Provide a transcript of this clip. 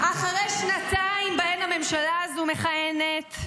אחרי שנתיים שבהן הממשלה הזו מכהנת,